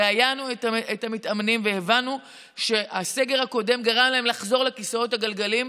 ראיינו את המתאמנים והבנו שהסגר הקודם גרם להם לחזור לכיסאות הגלגלים.